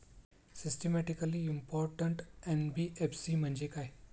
Systematically important NBFC म्हणजे काय?